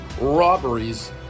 robberies